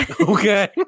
Okay